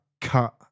cut